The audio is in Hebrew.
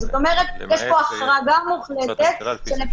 זאת אומרת, יש פה החרגה מוחלטת שלפי חוק יסוד: